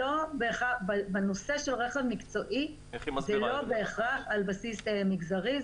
בנושא של רכב מקצועי זה לא בהכרח על בסיס מגזרי.